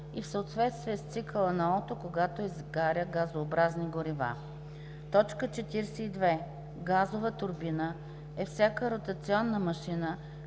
и в съответствие с цикъла на Ото, когато изгаря газообразни горива. 42. „Газова турбина“ е всяка ротационна машина,